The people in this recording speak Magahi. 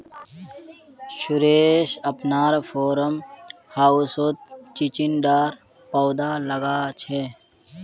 सुरेश अपनार फार्म हाउसत चिचिण्डार पौधा लगाल छ